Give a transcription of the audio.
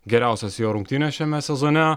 geriausios jo rungtynes šiame sezone